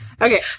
Okay